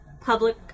public